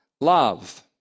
Love